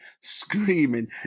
screaming